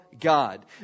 God